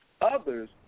others